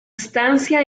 estancia